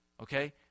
okay